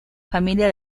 familia